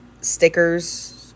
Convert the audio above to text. stickers